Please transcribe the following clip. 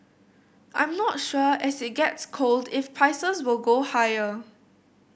I'm not sure as it gets cold if prices will go higher